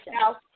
south